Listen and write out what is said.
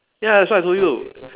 ya that's why I told you